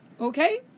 okay